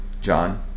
John